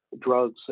drugs